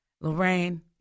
Lorraine